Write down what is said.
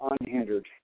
unhindered